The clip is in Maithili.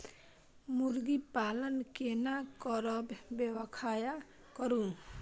मुर्गी पालन केना करब व्याख्या करु?